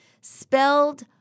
Spelled